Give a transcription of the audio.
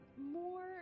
more